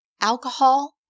Alcohol